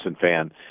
fan